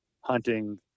hunting